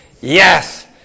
yes